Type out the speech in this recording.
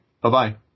Bye-bye